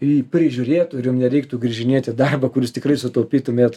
jį prižiūrėtų ir jum nereiktų grįžinėt į darbą kur jūs tikrai sutaupytumėt